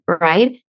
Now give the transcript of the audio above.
right